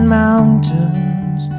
mountains